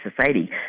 society